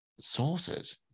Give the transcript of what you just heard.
Sorted